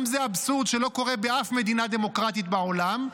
גם זה אבסורד שלא קורה באף מדינה דמוקרטית בעולם,